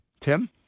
tim